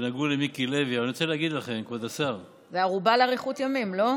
זו ערובה לאריכות ימים, לא?